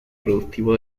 productivo